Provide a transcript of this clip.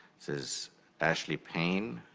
this is ashley payne,